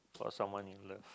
for someone you love